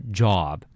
job